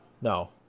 No